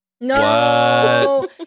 No